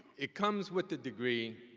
it comes with the degree,